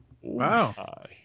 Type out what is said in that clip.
Wow